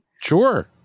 Sure